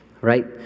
right